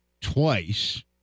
twice